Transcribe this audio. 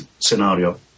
scenario